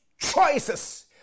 choices